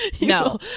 no